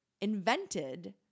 invented